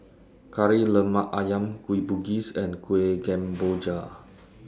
Kari Lemak Ayam Kueh Bugis and Kueh Kemboja